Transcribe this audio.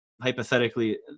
hypothetically